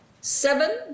Seven